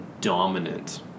dominant